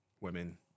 Women